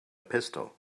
pistol